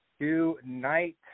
tonight